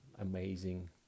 amazing